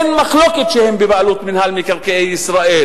אין מחלוקת שהן בבעלות מינהל מקרקעי ישראל,